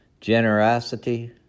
generosity